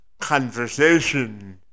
conversation